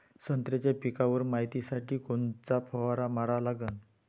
संत्र्याच्या पिकावर मायतीसाठी कोनचा फवारा मारा लागन?